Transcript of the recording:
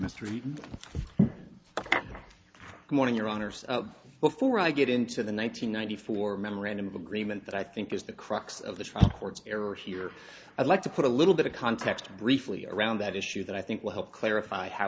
mystery morning your honor sir before i get into the nine hundred ninety four memorandum of agreement that i think is the crux of the trial court's error here i'd like to put a little bit of context briefly around that issue that i think will help clarify how